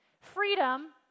freedom